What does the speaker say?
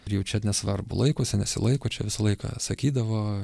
ir jau čia nesvarbu laikosi nesilaiko čia visą laiką sakydavo